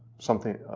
something,